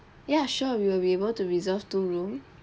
ya sure we will be able to reserve two room